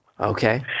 Okay